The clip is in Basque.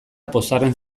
pozarren